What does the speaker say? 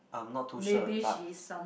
I'm not too sure but